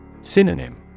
Synonym